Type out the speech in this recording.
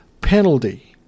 penalty